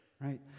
right